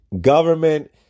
Government